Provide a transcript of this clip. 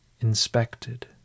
inspected